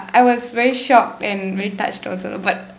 I was very shocked and very touched also but